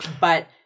But-